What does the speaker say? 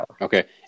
okay